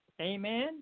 Amen